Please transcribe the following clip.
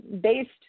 based